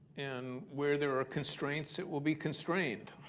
and where there are constraints, it will be constrained.